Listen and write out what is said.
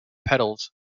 petals